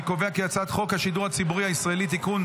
אני קובע כי הצעת חוק השידור הציבורי הישראלי (תיקון,